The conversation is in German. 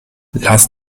lass